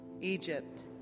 Egypt